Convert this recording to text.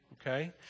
okay